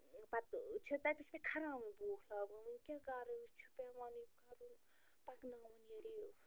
پتہٕ چھِ تَتہِ چھِ مےٚ کھران وۄنۍ بوٗٹھ لاگُن وٕنۍ کیٛاہ کَرٕ یہِ چھُ پٮ۪وان یہِ کَرُن پکناوُن یہِ